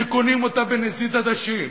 שקונים אותה בנזיד עדשים,